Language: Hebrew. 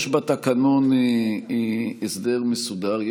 יש בתקנון הסדר מסודר,